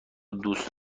دوست